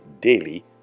daily